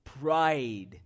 pride